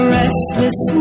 restless